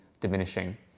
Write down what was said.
diminishing